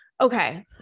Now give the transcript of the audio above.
Okay